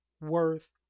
worth